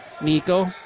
Nico